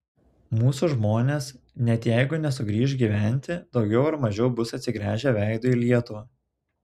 mūsų žmonės net jeigu nesugrįš gyventi daugiau ar mažiau bus atsigręžę veidu į lietuvą